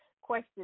question